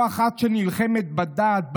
לא אחת שנלחמת בדת,